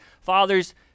father's